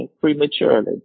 prematurely